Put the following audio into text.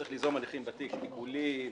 צריך ליזום הליכים בתיק עיקולים,